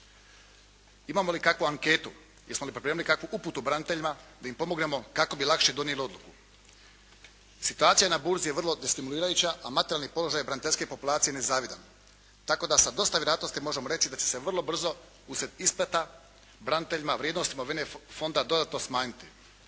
Imamo li kakvu anketu? Jesmo li pripremili kakvu uputu braniteljima da im pomognemo kako bi lakše donijeli odluku? Situacija na burzi je vrlo destimulirajuća a materijalni položaj braniteljske populacije nezavidan, tako da sa dosta vjerojatnosti možemo reći da će se vrlo brzo usred ispleta braniteljima vrijednostima …/Govornik se ne